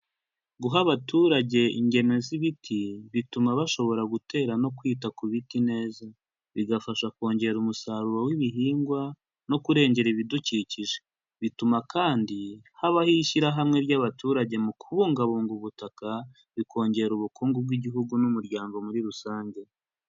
Guha abaturage ingemwe z'ibiti bituma bashobora gutera no kwita ku biti neza, bigafasha kongera umusaruro w'ibihingwa no kurengera ibidukikije. Bituma kandi habaho ishyirahamwe ry'abaturage mu kubungabunga ubutaka, bikongera ubukungu bw'igihugu n'umuryango muri rusange.